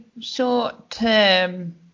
short-term